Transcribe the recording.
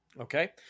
Okay